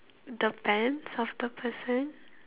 the pants of the person